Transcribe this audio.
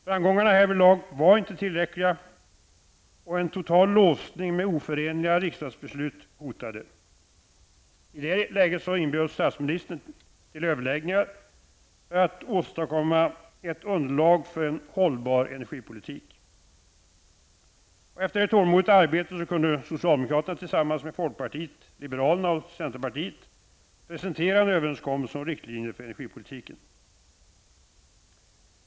Framgångarna härvidlag var inte tillräckliga, och en total låsning med oförenliga riksdagsbeslut hotade. I det läget inbjöd statsministern till överläggningar för att åstadkomma ett underlag för en hållbar energipolitik. Efter ett tålmodigt arbete kunde socialdemokraterna tillsammans med folkpartiet liberalerna och centerpartiet presentera en överenskommelse om riktlinjer för energipolitiken.